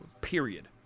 period